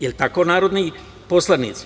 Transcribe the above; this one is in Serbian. Jel tako narodni poslanici?